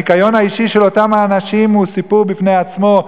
הניקיון האישי של אותם אנשים הוא סיפור בפני עצמו.